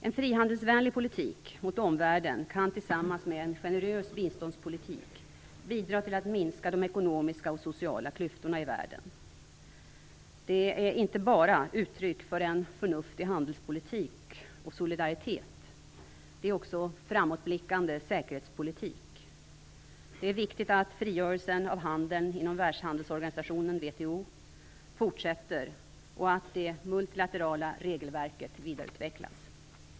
En frihandelsvänlig politik mot omvärlden kan tillsammans med en generös biståndspolitik bidra till att minska de ekonomiska och sociala klyftorna i världen. Det är inte bara uttryck för en förnuftig handelspolitik och solidaritet. Det är också framåtblickande säkerhetspolitik. Det är viktigt att frigörelsen av handeln inom världshandelsorganisationen, WTO, fortsätter och att det multilaterala regelverket vidareutvecklas.